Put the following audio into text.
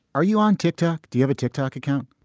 are you on tic-tac? do you have a tick tock account?